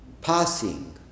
Passing